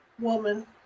woman